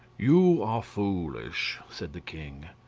you are foolish, said the king.